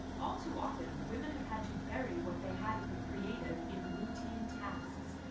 all too often, women have had to bury what they had of the creative in routine tasks,